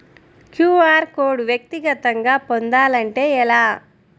QR code వ్యక్తిగతంగా పొందాలంటే ఎలా?